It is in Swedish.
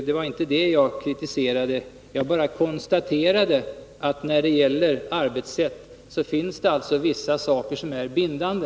Det var inte det jag kritiserade, utan jag bara konstaterade att det när det gäller arbetssätt finns vissa saker som är bindande.